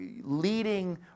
leading